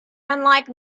unlike